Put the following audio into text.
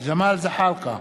ג'מאל זחאלקה,